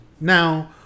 now